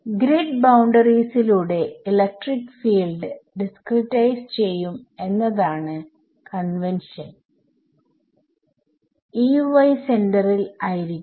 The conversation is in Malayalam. ഗ്രിഡ് ബൌണ്ടറീസ് ലൂടെ ഇലക്ട്രിക് ഫീൽഡ് ഡിസ്ക്രിടൈസ് ചെയ്യും എന്നതാണ് കൺവെൻഷൻ സെന്ററിൽ ആയിരിക്കും